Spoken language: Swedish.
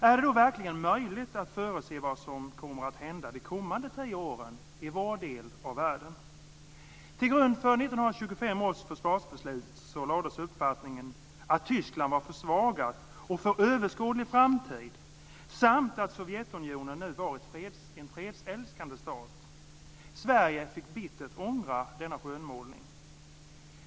Är det då verkligen möjligt att förutse vad som kommer att hända de kommande tio åren i vår del av världen? Till grund för 1925 års försvarsbeslut lades uppfattningen att Tyskland var försvagat för överskådlig framtid samt att Sovjetunionen nu var en fredsälskande stat. Sverige fick bittert ångra denna skönmålning.